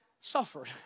suffered